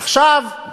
עכשיו,